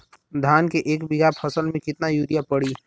धान के एक बिघा फसल मे कितना यूरिया पड़ी?